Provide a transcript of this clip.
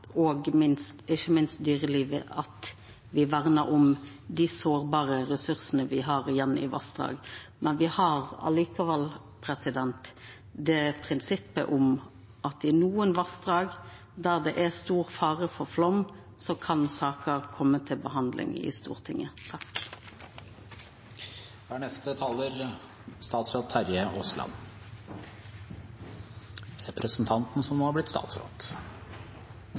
ikkje minst dyrelivet at me vernar om dei sårbare ressursane me har igjen i vassdrag, men me har likevel prinsippet om at i nokre vassdrag, der det er stor fare for flaum, kan saker koma til behandling i Stortinget. Nå skal jeg gjøre noe jeg ikke har gjort i Stortinget før, og det er å forholde meg til et manus. Utgangspunktet er at Stortinget har